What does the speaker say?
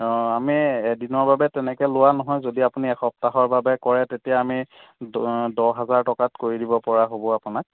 আমি এদিনৰ বাবে তেনেকৈ লোৱা নহয় যদি আপুনি এসপ্তাহৰ বাবে কৰে তেতিয়া আমি দহ হাজাৰ টকাত কৰি দিব পৰা হ'ব আপোনাক